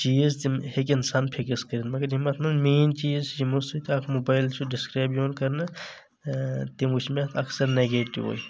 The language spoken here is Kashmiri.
چیٖز تِم ہٮ۪کَن سم فکس کٔرتھ مگر یِم اتھ منٛز مین چیٖز چھِ یِمو سۭتۍ اکھ موبایل چھُ ڈسکرایب یِوان کرنہٕ تِم وٕچھۍ مےٚ اکثر نیگٹِوٕے